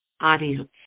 audience